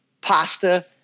pasta